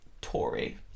tory